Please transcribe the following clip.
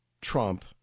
Trump